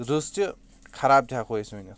رٕژ تہِ خَراب تہِ ہیٚکو أسۍ وٕنِتھ